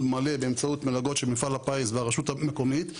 מלא באמצעות מלגות של מפעל הפיס והרשות המקומית,